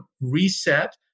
reset